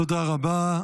תודה רבה.